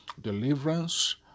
deliverance